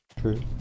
True